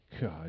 God